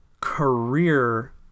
career